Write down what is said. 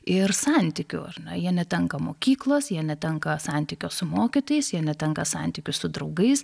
ir santykių ar ne jie netenka mokyklos jie netenka santykio su mokytojais jie netenka santykių su draugais